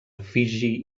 fiji